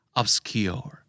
obscure